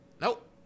Nope